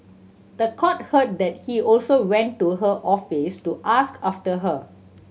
the court heard that he also went to her office to ask after her